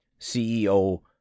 CEO